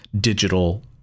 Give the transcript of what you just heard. digital